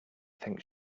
think